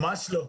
ממש לא.